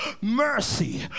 mercy